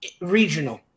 regional